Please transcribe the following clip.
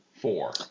four